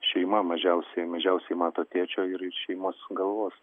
šeima mažiausiai mažiausiai mato tėčio ir šeimos galvos